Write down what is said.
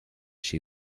she